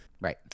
Right